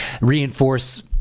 reinforce